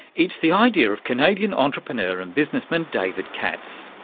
it's the idea of canadian entrepreneur and businessman david katz.